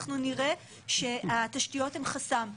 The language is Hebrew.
אנחנו נראה שהתשתיות הן חסם.